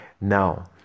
Now